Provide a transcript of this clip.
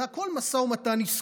זה הכול משא ומתן עסקי.